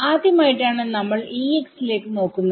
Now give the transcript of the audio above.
ആദ്യമായിട്ടാണ് നമ്മൾ Ex ലേക്ക് നോക്കുന്നത്